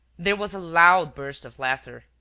there was a loud burst of laughter.